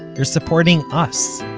you're supporting us,